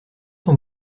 ton